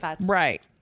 Right